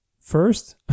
First